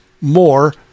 More